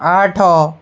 ଆଠ